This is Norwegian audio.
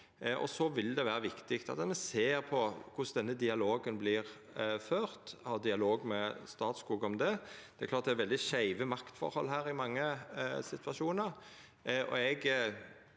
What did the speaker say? Det vil òg vera viktig at me ser på korleis denne dialogen vert ført, og ha dialog med Statskog om det. Det er klart at det er veldig skeive maktforhold her i mange situasjonar.